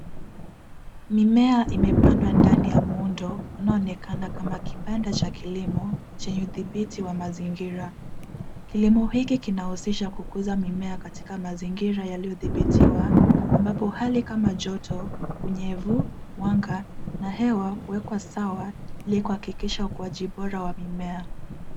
Mimea imepandwa ndani ya muundo unaoonekana kama kibanda cha kilimo chenye udhibiti wa mazingira. Kilimo hiki kinawezesha kukuza mimea katika mazingira yaliyodhibitiwa, ambapo hali kama joto, unyevu, mwanga na hewa huwekwa sawa ili kuhahakisha ukuaji bora wa mimea.